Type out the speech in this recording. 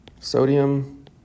Sodium